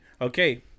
Okay